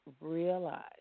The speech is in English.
realize